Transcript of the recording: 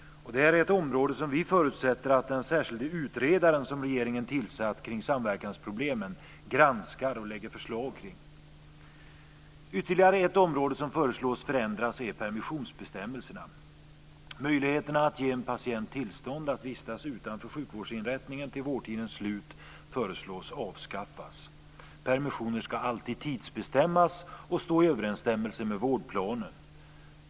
Det här är ett område som vi förutsätter att den särskilde utredare som regeringen har tillsatt för samverkansproblemen granskar och lägger fram förslag på. Ytterligare ett område där det föreslås förändringar är permissionsbestämmelserna. Möjligheten att ge en patient tillstånd att vistas utanför sjukvårdsinrättningen till vårdtidens slut föreslås bli avskaffad. Permissioner ska alltid tidsbestämmas och stå i överensstämmelse med vårdplanen.